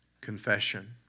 confession